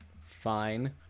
fine